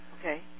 Okay